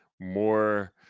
more